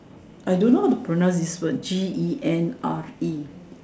I don't know how to pronounce this word G E N R E